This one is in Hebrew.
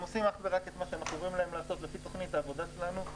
הם עושים אך ורק את מה שאנחנו אומרים להם לעשות לפי תכנית העבודה שלנו.